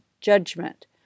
judgment